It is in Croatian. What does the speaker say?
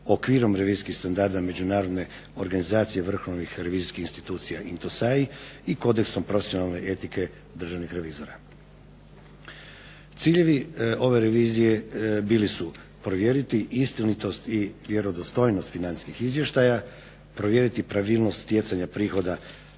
okvirom revizijskih standarda međunarodne organizacije vrhovnih revizijskih institucija INDOSAI i kodeksom profesionalne etike državnih revizora. Ciljevi ove revizije bili su provjeriti istinitost i vjerodostojnost financijskih izvještaja, provjeriti pravilnost stjecanja prihoda